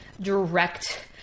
direct